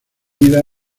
vida